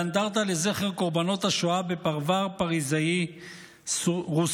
על אנדרטה לזכר קורבנות השואה בפרבר פריזאי רוסס,